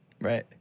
Right